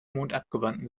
mondabgewandten